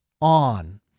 on